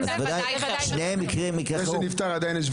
שני המקרים הם מקרי חירום.